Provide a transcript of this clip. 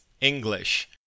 English